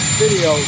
video